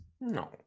no